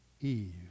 Eve